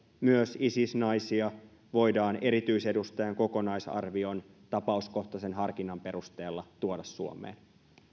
myös isis naisia voidaan erityisedustajan kokonaisarvion tapauskohtaisen harkinnan perusteella tuoda suomeen